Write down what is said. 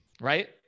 right